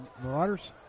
Marauders